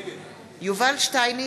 אינו נוכח יובל שטייניץ,